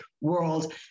world